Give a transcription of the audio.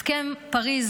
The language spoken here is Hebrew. מכוח אמנת האקלים הסכם פריז,